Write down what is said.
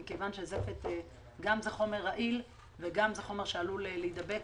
מכיוון שזפת הוא חומר רעיל והוא גם חומר שעלול להידבק